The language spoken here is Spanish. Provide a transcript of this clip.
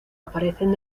aparecen